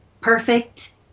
perfect